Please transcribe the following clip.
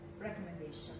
recommendation